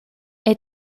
est